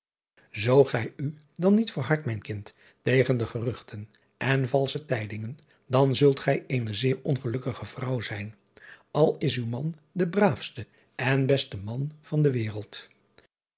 oo gij u dan niet verhardt mijn kind tegen de geruchten en valsche tijdingen dan zult gij eene zeer ongelukkige vrouw zijn al is uw man de braafste en beste man van de wereld